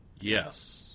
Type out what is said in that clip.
Yes